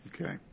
Okay